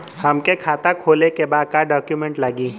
हमके खाता खोले के बा का डॉक्यूमेंट लगी?